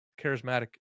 charismatic